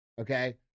okay